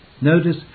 Notice